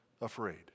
afraid